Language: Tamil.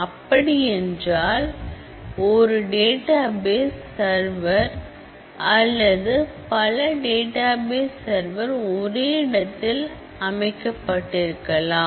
அப்படி என்றால் ஒரு டேட்டாபேஸ் சர்வர் அல்லது பல டேட்டாபேஸ் சர்வர் ஒரே இடத்தில் அமைக்கப்பட்டிருக்கலாம்